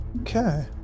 Okay